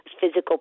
physical